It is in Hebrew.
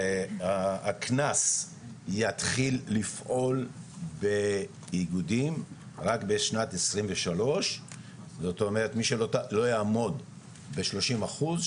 והקנס יתחיל לפעול באיגודים רק בשנת 2023. זאת אומרת מי שלא יעמוד בשלושים אחוז,